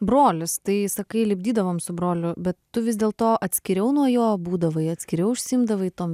brolis tai sakai lipdydavom su broliu bet tu vis dėl to atskiriau nuo jo būdavai atskirai užsiimdavai tom